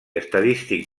estadístic